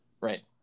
right